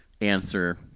answer